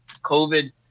COVID